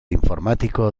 informático